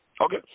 Okay